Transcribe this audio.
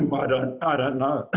i don't i don't know.